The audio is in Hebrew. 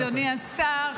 אדוני השר,